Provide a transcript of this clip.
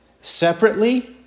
separately